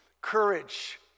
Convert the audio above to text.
courage